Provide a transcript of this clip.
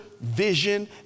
vision